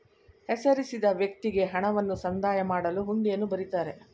ಹೆಸರಿಸಿದ ವ್ಯಕ್ತಿಗೆ ಹಣವನ್ನು ಸಂದಾಯ ಮಾಡಲು ಹುಂಡಿಯನ್ನು ಬರಿತಾರೆ